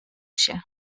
się